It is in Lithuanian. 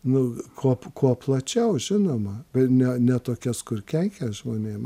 nu kuop kuo plačiau žinoma bet ne ne tokias kur kenkia žmonėm